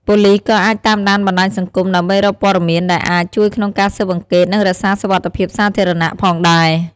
ប៉ូលិស ក៏អាច តាមដានបណ្ដាញសង្គម ដើម្បីរក ព័ត៌មាន ដែលអាច ជួយក្នុងការស៊ើបអង្កេត និង រក្សាសុវត្ថិភាពសាធារណៈ ផងដែរ។